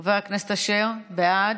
חבר הכנסת אשר, בעד,